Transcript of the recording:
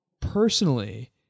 personally